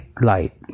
light